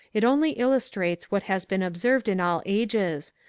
it only illustrates what has been observed in all ages,